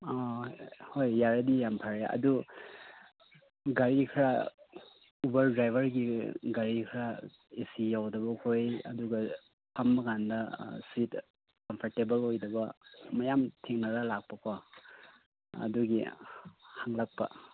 ꯍꯣꯏ ꯌꯥꯔꯗꯤ ꯌꯥꯝ ꯐꯔꯦ ꯑꯗꯨ ꯒꯥꯔꯤ ꯈꯔ ꯎꯕꯔ ꯗ꯭ꯔꯥꯏꯕꯔꯒꯤ ꯒꯥꯔꯤ ꯈꯔ ꯑꯁꯤ ꯌꯥꯎꯗꯕ ꯑꯩꯈꯣꯏ ꯑꯗꯨꯒ ꯐꯝꯕꯀꯥꯟꯗ ꯁꯨꯠ ꯀꯝꯐꯣꯔꯇꯦꯕꯜ ꯑꯣꯏꯗꯕ ꯃꯌꯥꯝ ꯊꯦꯡꯅꯔ ꯂꯥꯛꯄꯀꯣ ꯑꯗꯨꯒꯤ ꯍꯪꯂꯛꯄ